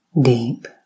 deep